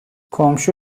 komşu